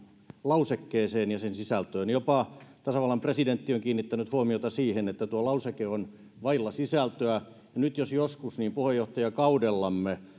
lausekkeeseen ja sen sisältöön jopa tasavallan presidentti on kiinnittänyt huomiota siihen että tuo lauseke on vailla sisältöä ja jos joskus niin nyt puheenjohtajakaudellamme